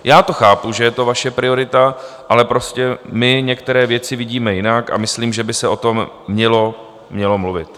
Já to chápu, že je to vaše priorita, ale prostě my některé věci vidíme jinak a myslím, že by se o tom mělo mluvit.